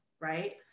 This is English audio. right